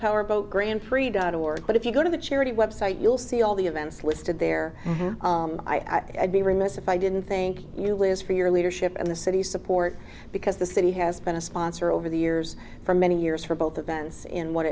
powerboat grand prix dot org but if you go to the charity website you'll see all the events listed there i'd be remiss if i didn't think you list for your leadership and the city support because the city has been a sponsor over the years for many years for both events in what